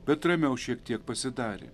bet ramiau šiek tiek pasidarė